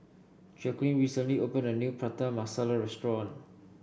Jaqueline recently opened a new Prata Masala restaurant